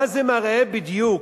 מה זה מראה בדיוק?